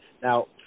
Now